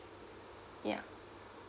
yeah